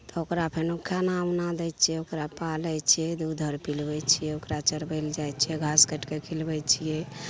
तऽ ओकरा फेरो खाना उना दै छिए ओकरा पालै छिए दूध आओर पिलबै छिए ओकरा चरबैलए जाए छिए घास काटिके खिलबै छिए